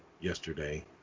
yesterday